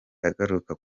agaruka